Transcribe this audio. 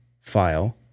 file